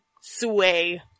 sway